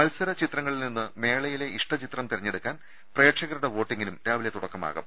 മത്സര ചിത്രങ്ങളിൽ നിന്ന് മേളയിലെ ഇഷ്ടചിത്രം തെരഞ്ഞെടുക്കാൻ പ്രേക്ഷകരുടെ വോട്ടിങ്ങിനും രാവിലെ തുടക്കമാകും